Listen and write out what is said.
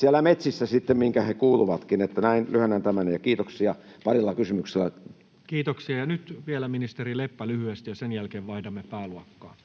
siellä metsissä, mihinkä ne kuuluvatkin. Näin lyhennän tätä parilla kysymyksellä. — Kiitoksia. Kiitoksia. — Nyt vielä ministeri Leppä lyhyesti, ja sen jälkeen vaihdamme pääluokkaa.